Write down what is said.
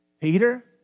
Peter